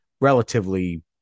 relatively